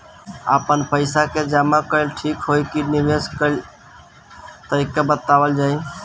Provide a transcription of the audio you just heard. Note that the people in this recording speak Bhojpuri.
आपन पइसा के जमा कइल ठीक होई की निवेस कइल तइका बतावल जाई?